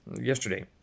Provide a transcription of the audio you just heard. yesterday